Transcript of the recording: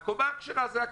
בקומה הכשרה.